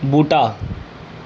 बूह्टा